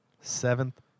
seventh